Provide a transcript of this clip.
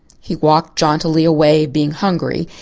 he walked jauntily away, being hungry,